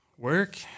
work